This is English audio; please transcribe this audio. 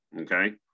okay